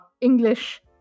english